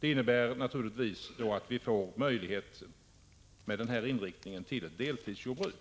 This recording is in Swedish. Det innebär naturligtvis att vi med den här inriktningen får möjlighet till deltidsjordbruk.